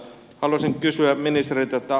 haluaisin kysyä ministeriltä